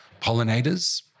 pollinators